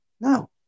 No